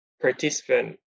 participant